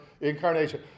incarnation